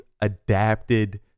adapted